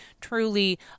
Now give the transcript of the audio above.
truly